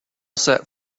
sat